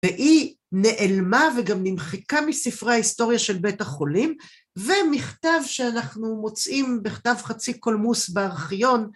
והיא נעלמה וגם נמחקה מספרי ההיסטוריה של בית החולים ומכתב שאנחנו מוצאים בכתב חצי קולמוס בארכיון